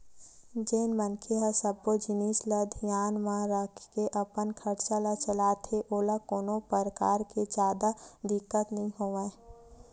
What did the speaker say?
जेन मनखे ह सब्बो जिनिस ल धियान म राखके अपन खरचा ल चलाथे ओला कोनो परकार ले जादा दिक्कत नइ होवय